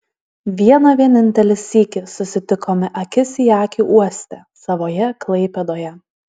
vieną vienintelį sykį susitikome akis į akį uoste savoje klaipėdoje